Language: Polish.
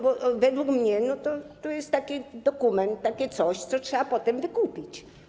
Bo według mnie to jest taki dokument, takie coś, co trzeba potem wykupić.